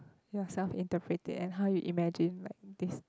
yourself interpret it and how you imagine like this